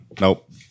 Nope